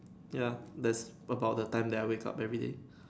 ya that's about the time that I wake up everyday